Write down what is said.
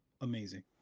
Amazing